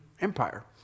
empire